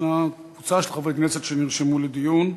ישנה קבוצה של חברי כנסת שנרשמו לדיון: